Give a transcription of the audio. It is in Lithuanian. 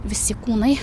visi kūnai